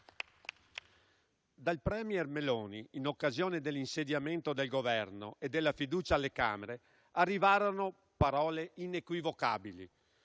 Dal *premier* Meloni, in occasione dell'insediamento del Governo e della fiducia alle Camere, arrivarono parole inequivocabili: